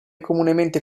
comunemente